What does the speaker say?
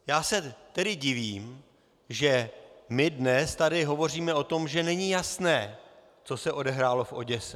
Já se tedy divím, že my dnes tady hovoříme o tom, že není jasné, co se odehrálo v Oděse.